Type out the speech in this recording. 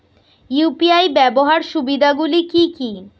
UPI ব্যাবহার সুবিধাগুলি কি কি?